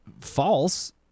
false